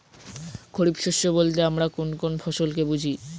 খরিফ শস্য বলতে আমরা কোন কোন ফসল কে বুঝি?